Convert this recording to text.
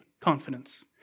confidence